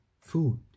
food